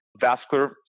vascular